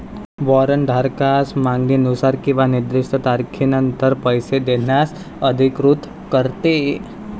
warrant धारकास मागणीनुसार किंवा निर्दिष्ट तारखेनंतर पैसे देण्यास अधिकृत करते